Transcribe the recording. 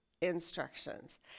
instructions